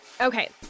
Okay